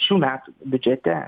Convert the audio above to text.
šių metų biudžete